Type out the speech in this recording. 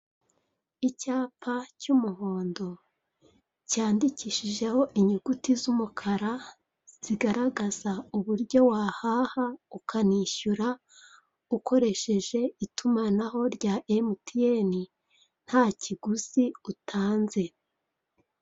Icyapa cy'umuhondo cyandikishijeho inyuguti z'umukara, zigaragaza uburyo wahaha ukanishyura ukoresheje itumanaho rya MTN, nta kiguzi utanze.